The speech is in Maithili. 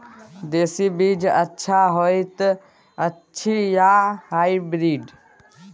देसी बीज अच्छा होयत अछि या हाइब्रिड?